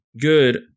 good